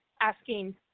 asking